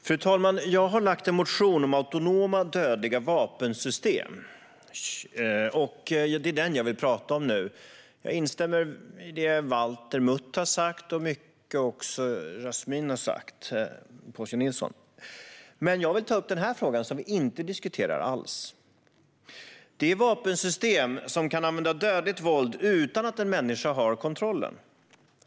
Fru talman! Jag har väckt en motion om autonoma, dödliga vapensystem, och det är den som jag vill tala om nu. Jag instämmer i det Valter Mutt har sagt och mycket också i det som Yasmine Posio Nilsson har sagt. Jag vill ta upp en fråga som vi inte diskuterar alls, nämligen de vapensystem som kan använda dödligt våld utan att en människa har kontrollen.